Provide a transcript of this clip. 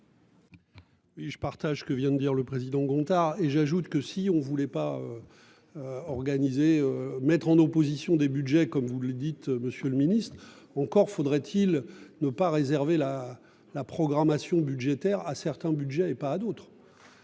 je partage ce que vient de dire le président Gontard et j'ajoute que si on voulait pas. Organiser mettre en opposition des Budgets comme vous le dites, Monsieur le Ministre. Encore faudrait-il ne pas réserver la la programmation budgétaire à certains Budgets et pas à d'autres.